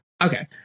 Okay